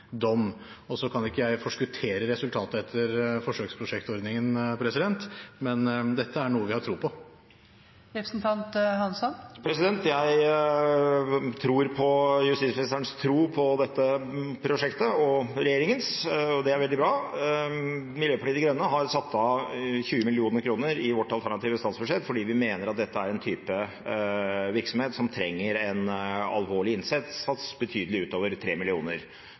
Så kan ikke jeg forskuttere resultatet etter forsøksprosjektordningen, men dette er noe vi har tro på. Jeg tror på justisministerens tro på dette prosjektet, og regjeringens, og det er veldig bra. Miljøpartiet De Grønne har satt av 20 mill. kr i vårt alternative statsbudsjett fordi vi mener at dette er en type virksomhet som trenger en alvorlig innsats, betydelig utover